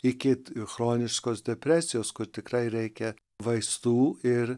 iki chroniškos depresijos kur tikrai reikia vaistų ir